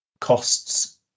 costs